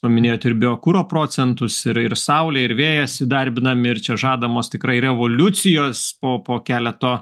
paminėjot ir biokuro procentus ir ir saulė ir vėjas įdarbinami ir čia žadamos tikrai revoliucijos po po keleto